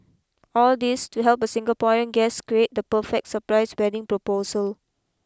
all this to help a Singaporean guest create the perfect surprise wedding proposal